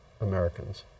Americans